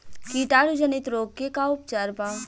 कीटाणु जनित रोग के का उपचार बा?